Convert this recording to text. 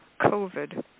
COVID